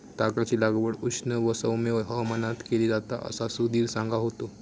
तागाची लागवड उष्ण व सौम्य हवामानात केली जाता असा सुधीर सांगा होतो